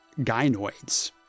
gynoids